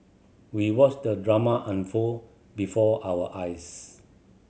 we watched the drama unfold before our eyes